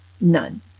None